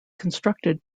constructed